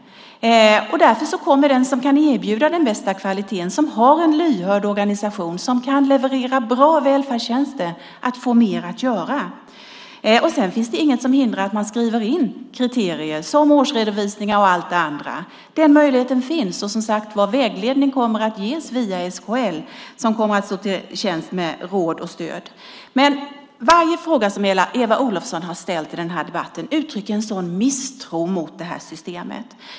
Därför kommer den som kan erbjuda den bästa kvaliteten, som har en lyhörd organisation och som kan leverera bra välfärdstjänster att få mer att göra. Det finns inget som hindrar att man skriver in kriterier som årsredovisningar och allt det andra. Den möjligheten finns. Vägledning kommer som sagt att ges via SKL, som kommer att stå till tjänst med råd och stöd. Varje fråga som Eva Olofsson har ställt i debatten uttrycker en sådan misstro mot systemet.